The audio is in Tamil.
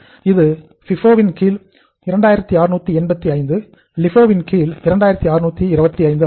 இது FIFO இன் கீழ் 2685 LIFO இன் கீழ் 2625 ஆகும்